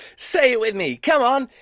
say with me come on!